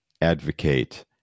advocate